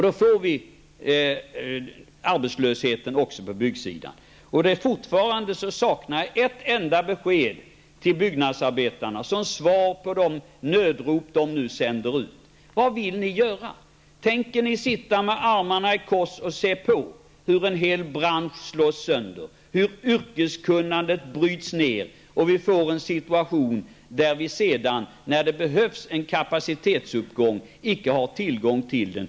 Då får vi arbetslöshet också inom byggsektorn. Jag saknar fortfarande ett enda besked till byggnadsarbetarna som svar på de nödrop de nu sänder ut. Vad vill ni göra? Tänker ni sitta med armarna i kors och se på hur en hel bransch slås sönder, hur yrkeskunnandet bryts ned och hur vi får en situation där vi sedan, när det behövs en kapacitetsuppgång, inte har tillgång till den?